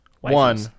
One